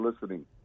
listening